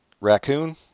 Raccoon